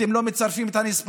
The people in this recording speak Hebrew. אתם לא מצרפים פה את הנספחים,